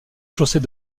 chaussées